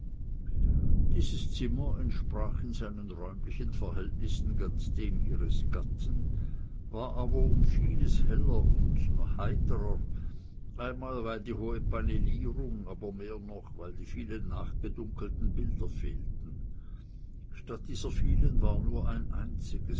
dieses zimmer entsprach in seinen räumlichen verhältnissen ganz dem ihres gatten war aber um vieles heller und heiterer einmal weil die hohe paneelierung aber mehr noch weil die vielen nachgedunkelten bilder fehlten statt dieser vielen war nur ein